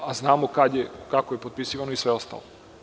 A znamo kada je, kako je potpisivano i sve ostalo.